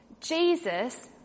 Jesus